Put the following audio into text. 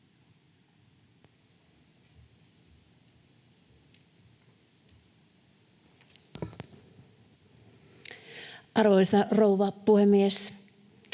Arvoisa rouva puhemies!